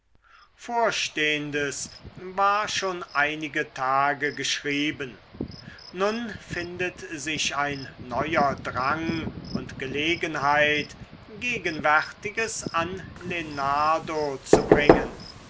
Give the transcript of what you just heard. vorstehendes war schon einige tage geschrieben nun findet sich ein neuer drang und gelegenheit gegenwärtiges an lenardo zu bringen